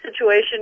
situation